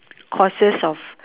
courses of